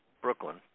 Brooklyn